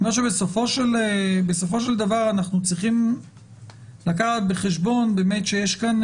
בסופו של דבר אנחנו צריכים לקחת בחשבון באמת שיש כאן,